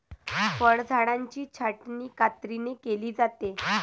फळझाडांची छाटणी कात्रीने केली जाते